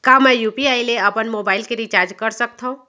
का मैं यू.पी.आई ले अपन मोबाइल के रिचार्ज कर सकथव?